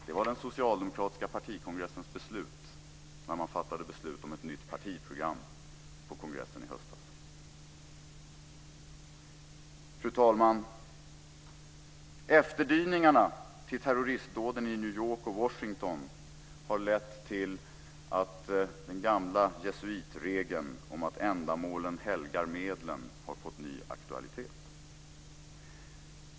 Det var den socialdemokratiska partikongressens beslut när man fattade beslut om nytt partiprogram på kongressen i höstas. Fru talman! Efterdyningarna efter terroristdåden i New York och Washington har lett till att den gamla jesuitregeln att ändamålet helgar medlen har fått ny aktualitet.